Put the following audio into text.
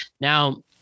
Now